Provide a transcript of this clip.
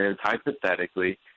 hypothetically